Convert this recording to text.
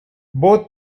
both